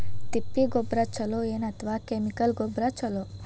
ತಿಪ್ಪಿ ಗೊಬ್ಬರ ಛಲೋ ಏನ್ ಅಥವಾ ಕೆಮಿಕಲ್ ಗೊಬ್ಬರ ಛಲೋ?